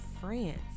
France